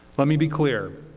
let me be clear,